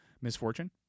misfortune